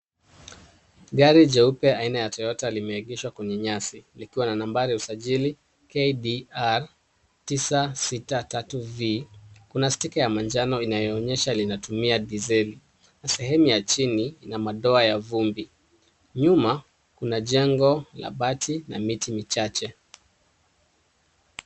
Gari jeupe aina ya Toyota limeegeshwa kwenye nyasi, likiwa na nambari ya usajili KDR 963V . Kuna sticker ya manjano inayoonyesha linatumia dizeli na sehemu ya chini ina madoa ya vumbi. Nyuma, kuna jengo la bati na miti michache.